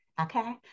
okay